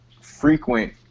frequent